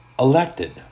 elected